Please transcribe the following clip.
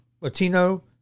Latino